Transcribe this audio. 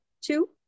two